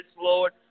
Lord